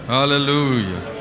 Hallelujah